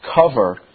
cover